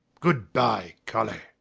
good-bye, colly.